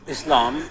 Islam